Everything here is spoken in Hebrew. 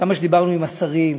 כמה שדיברנו עם השרים,